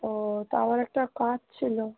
ও তা আমার একটা কাজ ছিলো